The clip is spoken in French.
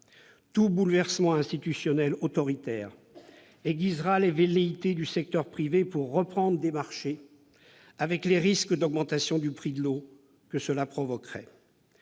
Tout bouleversement institutionnel autoritaire aiguisera les velléités du secteur privé de reprendre des marchés, avec les risques d'augmentation du prix de l'eau que cela induirait.